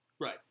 Right